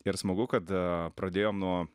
ir smagu kada pradėjom nuo